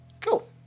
Cool